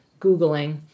googling